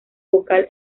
vocal